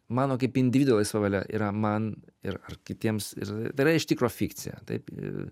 mano kaip individo laisva valia yra man ir ar kitiems ir tai yra iš tikro fikcija taip